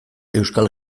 euskal